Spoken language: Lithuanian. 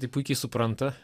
tai puikiai supranta